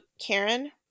Karen